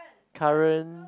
current